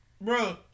Bro